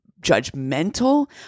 judgmental